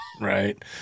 Right